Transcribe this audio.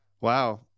Wow